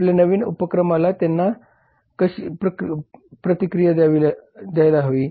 आपल्या नवीन उपक्रमाला त्यांनी कशी प्रतिक्रिया द्यायला हवी